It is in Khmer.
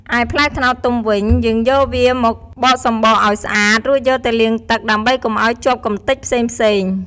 ឯផ្លែត្នោតទុំវិញ យើងយកវាមកបកសម្បកឱ្យស្អាត រួចយកទៅលាងទឹក ដើម្បីកុំឱ្យជាប់កម្ទេចផ្សេងៗ។